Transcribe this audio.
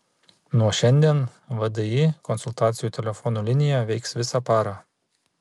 nuo šiandien vdi konsultacijų telefonu linija veiks visą parą